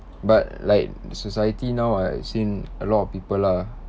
but like the society now I've seen a lot of people lah